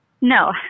No